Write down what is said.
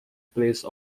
place